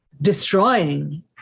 destroying